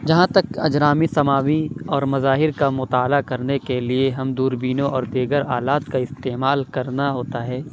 جہاں تک اجرامی سماوی اور مظاہر کا مطالعہ کرنے کے لیے ہم دوربینوں اور دیگر آلات کا استعمال کرنا ہوتا ہے